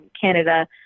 Canada